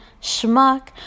schmuck